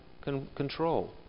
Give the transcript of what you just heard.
control